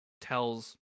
tells